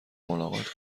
ملاقات